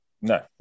No